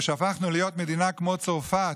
כאשר הפכנו להיות מדינה כמו צרפת,